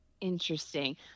Interesting